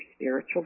spiritual